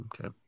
Okay